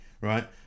right